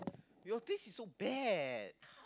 your taste is so bad